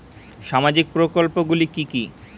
সামাজিক প্রকল্পগুলি কি কি?